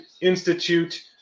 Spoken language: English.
institute